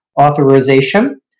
authorization